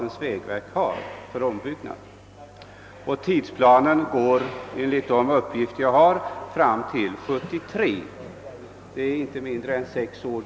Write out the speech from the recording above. Enligt de uppgifter jag har sträcker sig tidsplanen fram till 1973, och till dess är det ju inte mindre än sex år.